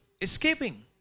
escaping